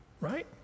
right